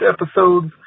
episodes